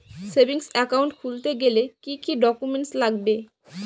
Savings account খুলতে গেলে কি কি ডকুমেন্টস লাগবে?